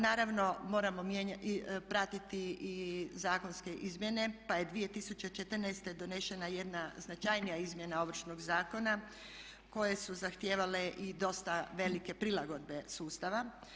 Naravno moramo pratiti i zakonske izmjene pa je 2014. donesena jedna značajnija izmjena Ovršnog zakona koje su zahtijevale i dosta velike prilagodbe sustava.